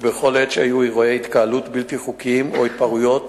ובכל עת שהיו אירועי התקהלות בלתי חוקית או התפרעויות